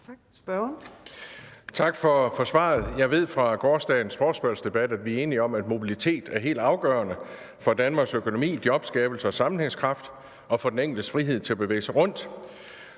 Tak for svaret. Jeg ved fra gårsdagens forespørgselsdebat, at vi er enige om, at mobilitet er helt afgørende for Danmarks økonomi, jobskabelse og sammenhængskraft og for den enkeltes frihed til at bevæge sig rundt.